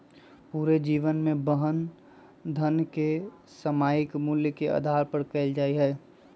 पूरे जीवन के वहन धन के सामयिक मूल्य के आधार पर कइल जा हई